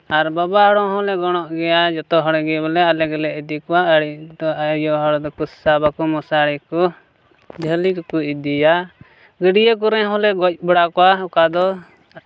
ᱟᱨ ᱵᱟᱵᱟ ᱦᱚᱲ ᱦᱚᱸ ᱞᱮ ᱜᱚᱲᱚ ᱜᱮᱭᱟ ᱡᱚᱛᱚ ᱦᱚᱲ ᱜᱮ ᱵᱚᱞᱮ ᱟᱞᱮ ᱜᱮᱞᱮ ᱤᱫᱤ ᱠᱚᱣᱟ ᱟᱨ ᱟᱭᱳ ᱦᱚᱲ ᱫᱚᱠᱚ ᱥᱟᱵ ᱟᱠᱚ ᱢᱚᱥᱟᱨᱤ ᱠᱚ ᱡᱷᱟᱹᱞᱤ ᱠᱚ ᱠᱚ ᱤᱫᱤᱭᱟ ᱜᱟᱹᱰᱤᱭᱟᱹ ᱠᱚᱨᱮ ᱦᱚᱸ ᱞᱮ ᱜᱚᱡ ᱵᱟᱲᱟ ᱠᱚᱣᱟ ᱚᱠᱟ ᱫᱚ